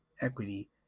equity